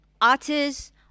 artists